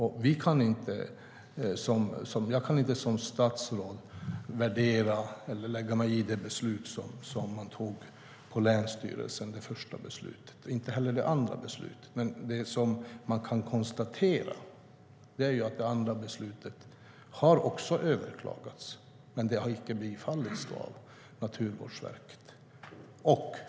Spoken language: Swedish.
Jag kan inte som statsråd värdera eller lägga mig i det första beslutet som man fattade på länsstyrelsen, och inte heller det andra. Man kan dock konstatera att också det andra beslutet har överklagats, men det har icke bifallits av Naturvårdsverket.